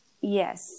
Yes